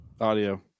Audio